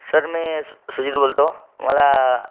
sir मी सु सुजित बोलतो मला